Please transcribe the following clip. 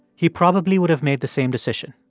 he probably would have made the same decision.